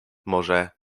może